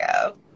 go